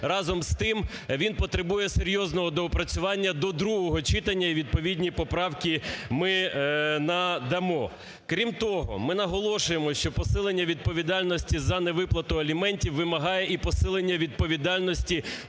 Разом з тим він потребує серйозного доопрацювання до другого читання, і відповідні поправки ми надамо. Крім того, ми наголошуємо, що посилення відповідальності за невиплату аліментів вимагає і посилення відповідальності